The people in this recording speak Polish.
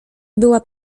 była